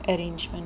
arrangement